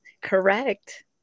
Correct